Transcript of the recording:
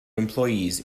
employees